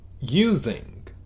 using